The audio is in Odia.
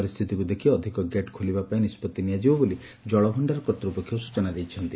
ପରିସ୍ଥିତିକୁ ଦେଖ୍ ଅଧିକ ଗେଟ୍ ଖୋଲିବା ପାଇଁ ନିଷ୍ବଉି ନିଆଯିବ ବୋଲି କଳଭଣ୍ତାର କର୍ତ୍ତୃପକ୍ଷ ସ୍ଚନା ଦେଇଛନ୍ତି